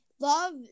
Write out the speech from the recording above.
Love